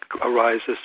arises